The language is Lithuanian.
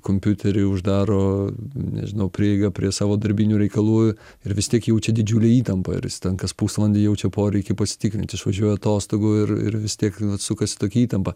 kompiuterį uždaro nežinau prieigą prie savo darbinių reikalų ir vis tiek jaučia didžiulę įtampą ir jis ten kas pusvalandį jaučia poreikį pasitikrint išvažiuoja atostogų ir ir vis tiek sukasi tokia įtampa